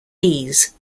ease